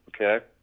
okay